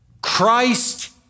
Christ